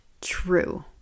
true